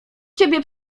ciebie